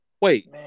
Wait